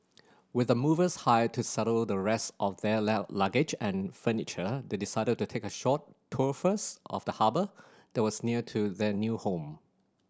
with the movers hired to settle the rest of their luggage and furniture they decided to take a short tour first of the harbour that was near their new home